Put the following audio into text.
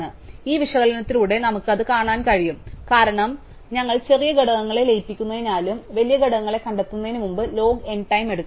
അതിനാൽ ഈ വിശകലനത്തിലൂടെ നമുക്ക് അത് കാണാൻ കഴിയും കാരണം ഞങ്ങൾ ചെറിയ ഘടകങ്ങളെ ലയിപ്പിക്കുന്നതിനാലും വലിയ ഘടകങ്ങളെ കണ്ടെത്തുന്നതിനും ലോഗ് n ടൈം എടുക്കും